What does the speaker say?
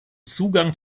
zugang